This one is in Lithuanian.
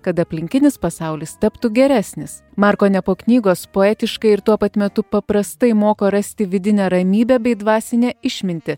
kad aplinkinis pasaulis taptų geresnis marko nepo knygos poetiškai ir tuo pat metu paprastai moko rasti vidinę ramybę bei dvasinę išmintį